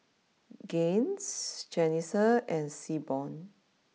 Gaines Jalissa and Seaborn